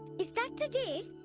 is that today?